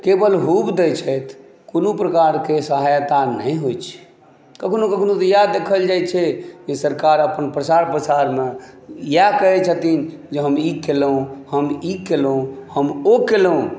केवल रूप दै छथि कनो प्रकारके सहयता नहि होइ छै कखनो कखनो तऽ इएह देखल जाइ छै जे सरकार अपन प्रचार प्रसारमे या कहै छथिन जे हम ई खेललहुँ हम ई केलहुँ हम ओ केलहुँ